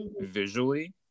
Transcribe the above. visually